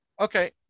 okay